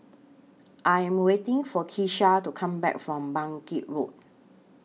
I Am waiting For Kisha to Come Back from Bangkit Road